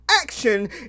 action